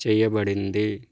చెయ్యబడింది